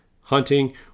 hunting